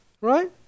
Right